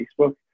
facebook